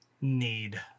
need